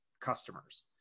customers